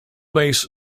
base